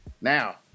now